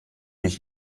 ich